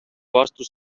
vastus